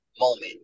moment